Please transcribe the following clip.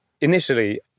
initially